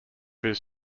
his